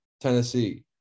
Tennessee